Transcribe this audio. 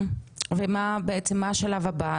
ומה השלב הבא?